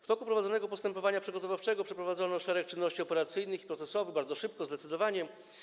W toku prowadzonego postępowania przygotowawczego przeprowadzono szereg czynności operacyjnych i procesowych, bardzo szybko, zdecydowanie.